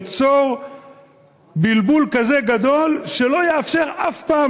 ליצור בלבול כזה גדול שלא יאפשר אף פעם